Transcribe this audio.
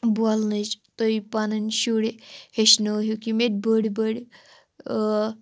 بولنٕچ تُہۍ پنٕنۍ شُرۍ ہیٚچھنٲیوُکھ یِم ییٚتہِ بٔڑۍ بٔڑۍ